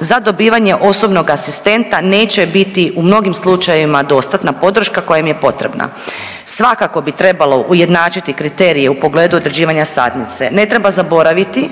za dobivanje osobnog asistenta neće biti u mnogim slučajevima dostatna podrška koja im je potrebna. Svakako bi trebalo ujednačiti kriterije u pogledu određivanja satnice. Ne treba zaboraviti